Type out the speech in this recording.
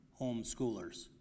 homeschoolers